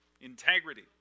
integrity